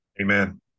Amen